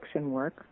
work